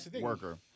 worker